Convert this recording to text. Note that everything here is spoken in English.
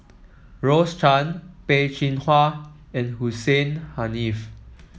Rose Chan Peh Chin Hua and Hussein Haniff